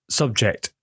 subject